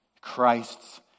Christ's